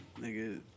nigga